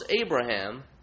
Abraham